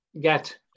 get